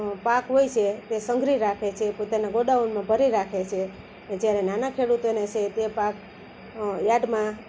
પાક હોય છે તે સંઘરી રાખે છે પોતાના ગોડાઉનમાં ભરી રાખે છે ને જ્યારે નાના ખેડૂતોને છે પાક યાર્ડમાં